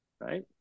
right